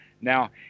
Now